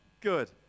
good